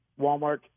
Walmart